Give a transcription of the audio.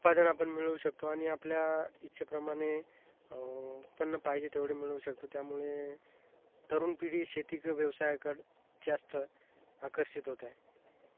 उत्पादन आपण मिळवू शकतो आणि आपल्या इच्छेप्रमाणे उत्पन्न पाहिजे तेवढे मिळवू शकतो त्यामुळे तरुण पिढी शेतीक व्यवसायाकडे जास्त आकर्षित होत आहे